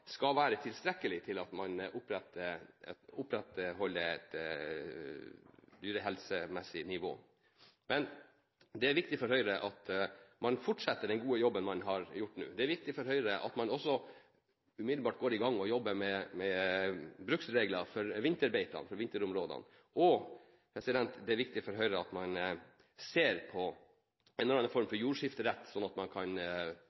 skal være tilstrekkelig til at man opprettholder et dyrehelsemessig nivå. Men det er viktig for Høyre at man fortsetter den gode jobben man har gjort nå, det er viktig for Høyre at man umiddelbart går i gang med å jobbe med bruksregler for vinterbeitene, vinterområdene, og det er viktig for Høyre at man ser på en eller annen form for jordskifterett, så man kan